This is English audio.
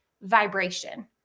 vibration